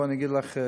בואי אגיד לך,